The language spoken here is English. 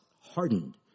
hardened